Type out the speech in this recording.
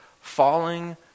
Falling